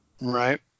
Right